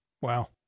Wow